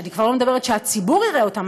אני כבר לא אומרת שהציבור יראה אותם,